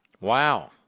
Wow